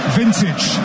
vintage